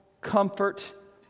comfort